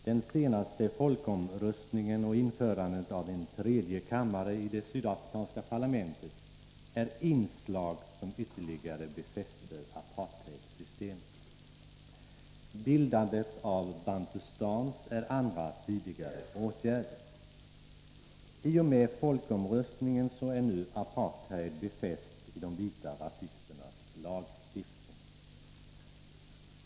Den senaste folkomröstningen och införandet av en tredje kammare i det sydafrikanska parlamentet är inslag som ytterligare befäster apartheidsystemet. Bildandet av Bantustans är andra tidigare åtgärder. I och med folkomröstningen är nu apartheid befäst i de vita rasisternas lagstiftning.